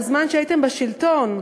בזמן שהייתם בשלטון,